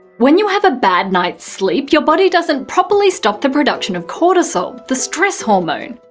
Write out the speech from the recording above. when you have a bad night's sleep your body doesn't properly stop the production of cortisol, the stress hormone.